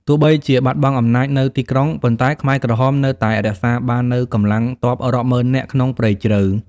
ទោះបីជាបាត់បង់អំណាចនៅទីក្រុង ប៉ុន្តែខ្មែរក្រហមនៅតែរក្សាបាននូវកម្លាំងទ័ពរាប់ម៉ឺននាក់ក្នុងព្រៃជ្រៅ។